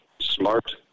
smart